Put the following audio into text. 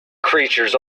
creatures